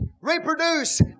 reproduce